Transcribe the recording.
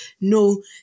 No